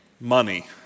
money